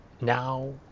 now